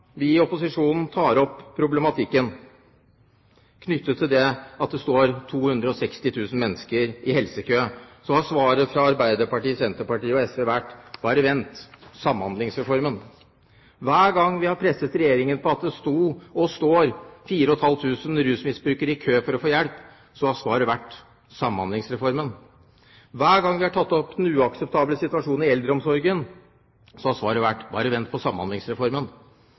vi i opposisjonen har tatt opp problematikken knyttet til at det står 260 000 mennesker i helsekø, har svaret fra Arbeiderpartiet, Senterpartiet og SV vært: Bare vent – Samhandlingsreformen. Hver gang vi har presset Regjeringen på at det sto, og står, 4 500 rusmisbrukere i kø for å få hjelp, har svaret vært: Samhandlingsreformen. Hver gang vi har tatt opp den uakseptable situasjonen i eldreomsorgen, har svaret vært: Bare vent på Samhandlingsreformen.